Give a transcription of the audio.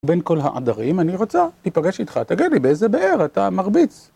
בין כל העדרים, אני רוצה להיפגש איתך, תגיד לי באיזה באר אתה מרביץ.